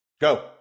Go